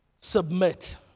submit